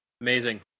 amazing